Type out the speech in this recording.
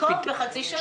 תנקוב בחצי שנה.